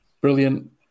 brilliant